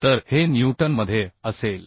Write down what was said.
तर हे न्यूटनमध्ये असेल